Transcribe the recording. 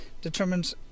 determines